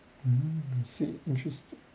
mm I see interesting